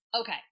Okay